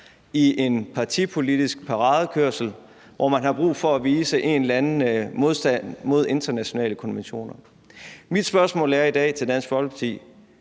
i en partipolitisk paradekørsel, hvor man har brug for at vise en eller anden modstand mod internationale konventioner. Mit spørgsmål til Dansk Folkeparti